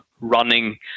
running